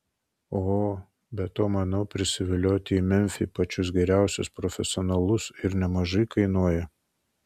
o be to manau prisivilioti į memfį pačius geriausius profesionalus ir nemažai kainuoja